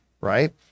right